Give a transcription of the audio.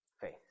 faith